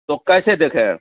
تو کیسے دیکھیں